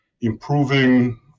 improving